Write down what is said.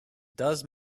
does